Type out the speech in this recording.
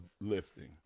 lifting